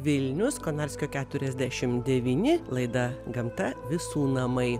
vilnius konarskio keturiasdešim devyni laida gamta visų namai